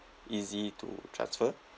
easy to transfer